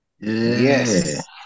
Yes